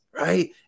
right